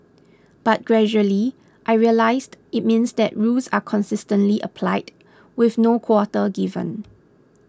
but gradually I realised it means that rules are consistently applied with no quarter given